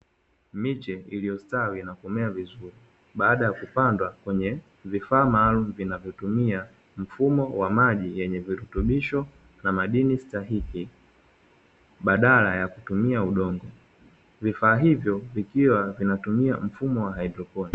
Miche iliyostawi na kumea vizuri baada ya kupandwa kwenye vifaa maalumu vinavyotumia mfumo wa maji yenye virutubisho, na madini stahiki baadala ya kutumia udongo. Vifaa hivyo vikiwa vinatumia mfumo wa haidropini.